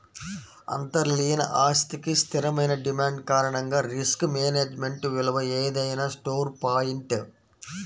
అంతర్లీన ఆస్తికి స్థిరమైన డిమాండ్ కారణంగా రిస్క్ మేనేజ్మెంట్ విలువ ఏదైనా స్టోర్ పాయింట్